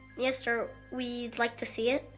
yes sir, we'd like to see it.